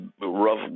rough